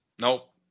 Nope